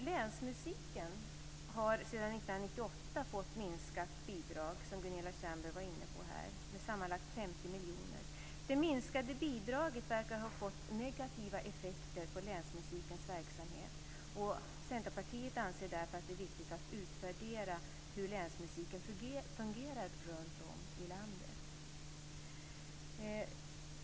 Länsmusiken har sedan 1998 fått minskat statligt bidrag - som Gunilla Tjernberg tog upp - på sammanlagt 50 miljoner. Det minskade bidraget verkar ha fått negativa effekter på länsmusikens verksamhet. Centerpartiet anser därför att det är viktigt att utvärdera hur länsmusiken fungerar runtom i landet.